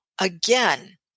Again